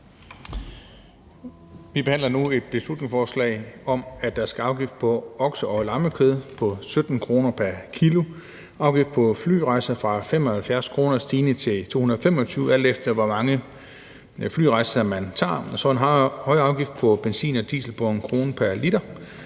Vi behandler nu et beslutningsforslag om, at der skal en afgift på okse- og lammekød på 17 kr. pr. kilo og en afgift på flyrejser på 75 kr. stigende til 225 kr., alt efter hvor mange flyrejser man tager, og en højere afgift på benzin og diesel på 1 kr. pr. liter.